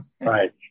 Right